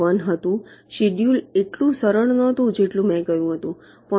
1 હતું શેડ્યૂલ એટલું સરળ નહોતું જેટલું મેં કહ્યું હતું 0